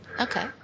Okay